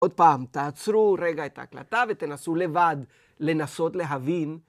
עוד פעם, תעצרו רגע את ההקלטה ותנסו לבד לנסות להבין...